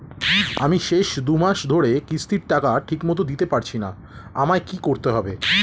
আমি শেষ দুমাস ধরে কিস্তির টাকা ঠিকমতো দিতে পারছিনা আমার কি করতে হবে?